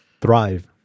thrive